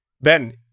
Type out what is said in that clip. Ben